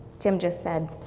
jim just said,